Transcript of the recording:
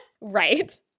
right